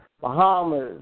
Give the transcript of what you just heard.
Bahamas